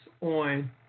on